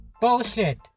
bullshit